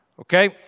Okay